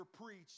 preached